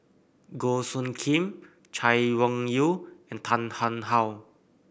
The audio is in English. Goh Soo Khim Chay Weng Yew and Tan Tarn How